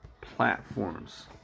platforms